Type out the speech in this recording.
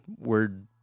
word